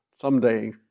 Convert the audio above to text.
Someday